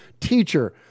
teacher